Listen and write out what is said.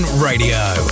Radio